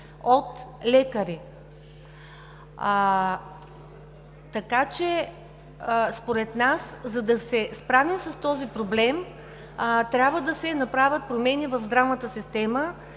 от лекари. Според нас, за да се справим с този проблем трябва да се направят промени в здравната система